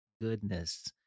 goodness